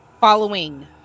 following